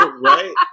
right